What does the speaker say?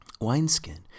wineskin